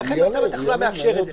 ולכן מצב התחלואה מאפשר את זה,